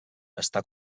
està